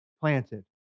planted